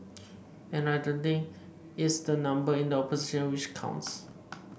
and I don't think it's the number in the opposition which counts